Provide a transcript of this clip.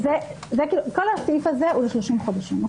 כל הסעיף הזה הוא ל-30 חודשים.